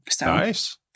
nice